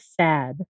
sad